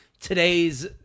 today's